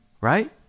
right